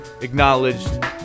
acknowledged